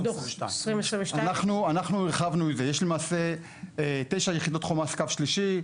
אנחנו הרחבנו ויש למעשה תשע יחידות חומ"ס קו שלישי,